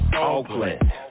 Oakland